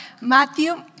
Matthew